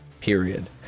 period